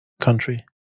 country